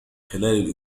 خلال